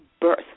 birth